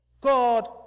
God